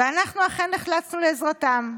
ואנחנו אכן נחלצנו לעזרתם.